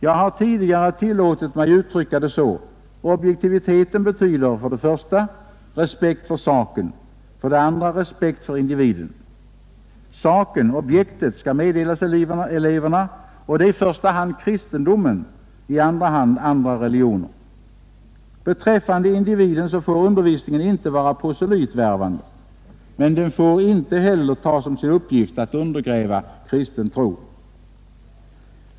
Jag har tidigare tillåtit mig uttrycka det så: Objektiviteten betyder för det första respekt för saken, för det andra respekt för individen. Saken, objektet, skall meddelas eleverna, och det är i första hand kristendomen, i andra hand andra religioner. Beträffande individen får undervisningen inte vara proselytvärvande, men den får inte heller ta som sin uppgift att undergräva kristen tro.